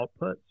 outputs